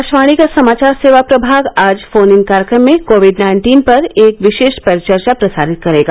आकाशवाणी का समाचार सेवा प्रभाग आज फोन इन कार्यक्रम में कोविड नाइन्टीन पर एक विशेष परिचर्चा प्रसारित करेगा